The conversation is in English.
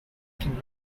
can